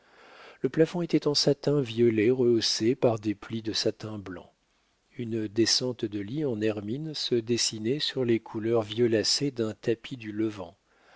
le plafond était en satin violet rehaussé par des plis de satin blanc une descente de lit en hermine se dessinait sur les couleurs violacées d'un tapis du levant